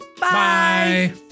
Bye